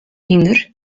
hynder